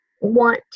want